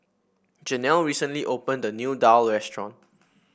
Jenelle recently opened a new daal restaurant